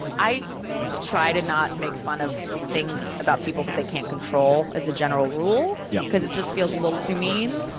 i try to not make fun of things about people that they can't control, as a general rule. yeah because it just feels a little too mean,